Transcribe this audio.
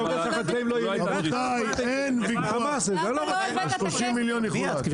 רבותיי, אין ויכוח, ה-30 מיליון יחולק.